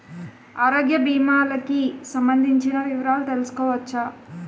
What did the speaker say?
ఆరోగ్య భీమాలకి సంబందించిన వివరాలు తెలుసుకోవచ్చా?